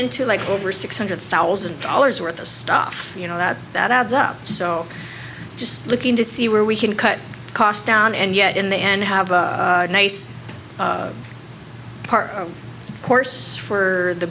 into like over six hundred thousand dollars worth of stuff you know that that adds up so just looking to see where we can cut costs down and yet in the end have a nice part of course for the